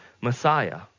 Messiah